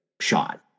shot